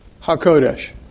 HaKodesh